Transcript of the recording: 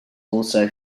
also